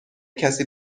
کسی